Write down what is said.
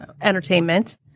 entertainment